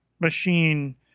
machine